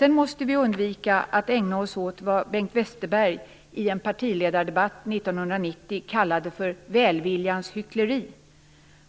Vi måste undvika att ägna oss åt vad Bengt Westerberg i en partiledardebatt 1990 kallade för "välviljans hyckleri".